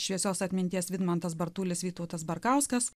šviesios atminties vidmantas bartulis vytautas barkauskas